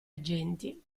agenti